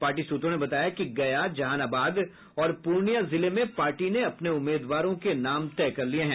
party सूत्रों ने बताया कि गया जहानाबाद और पूर्णियां जिले में पार्टी ने अपने उम्मीदवारों के नाम तय कर लिये हैं